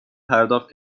پرداخت